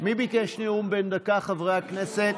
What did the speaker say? מי ביקש נאום בן דקה, חברי הכנסת?